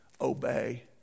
obey